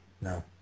no